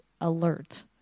alert